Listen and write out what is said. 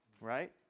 Right